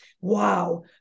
Wow